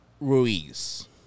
Ruiz